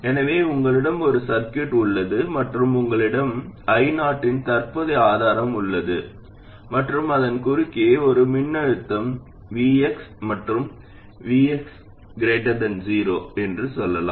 எனவே உங்களிடம் ஒரு சர்க்யூட் உள்ளது மற்றும் உங்களிடம் எங்காவது I0 இன் தற்போதைய ஆதாரம் உள்ளது மற்றும் அதன் குறுக்கே உள்ள மின்னழுத்தம் சில Vx மற்றும் Vx 0 என்று சொல்லலாம்